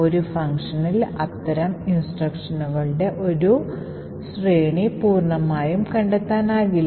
ഒരു ഫംഗ്ഷനിൽ അത്തരം നിർദ്ദേശങ്ങളുടെ ഒരു ശ്രേണി പൂർണ്ണമായും കണ്ടെത്താനാകില്ല